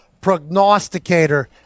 prognosticator